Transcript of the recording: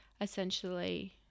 essentially